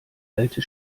alte